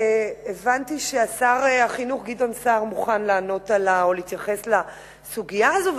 הבנתי ששר החינוך גדעון סער מוכן לענות או להתייחס לסוגיה הזאת,